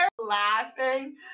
laughing